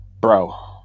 bro